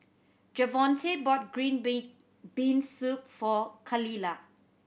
Javonte bought green bean bean soup for Khalilah